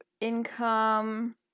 income